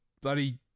bloody